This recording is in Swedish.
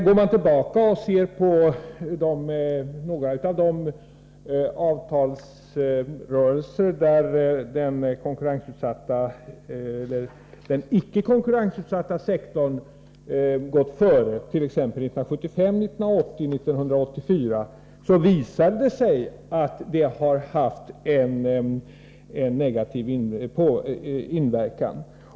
Går man tillbaka och ser på några av de avtalsrörelser där den icke konkurrensutsatta sektorn gått före, t.ex. 1975, 1980 och 1984, finner man att detta haft en negativ inverkan.